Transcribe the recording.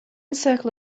circle